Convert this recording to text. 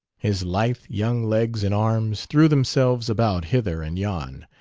his lithe young legs and arms threw themselves about hither and yon.